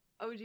OG